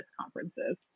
conferences